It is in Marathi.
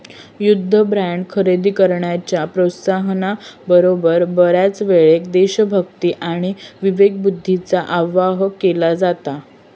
युद्ध बॉण्ड खरेदी करण्याच्या प्रोत्साहना बरोबर, बऱ्याचयेळेक देशभक्ती आणि विवेकबुद्धीक आवाहन केला जाता